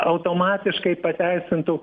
automatiškai pateisintų